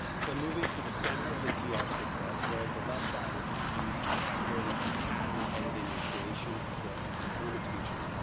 so moving to the center of the ah tr six s, whereas the left side is used primarily for pattern editing and creation as well as some performance features,